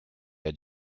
qu’à